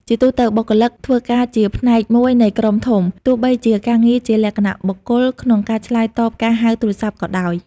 ជាទូទៅបុគ្គលិកធ្វើការជាផ្នែកមួយនៃក្រុមធំ ទោះបីជាការងារជាលក្ខណៈបុគ្គលក្នុងការឆ្លើយតបការហៅទូរស័ព្ទក៏ដោយ។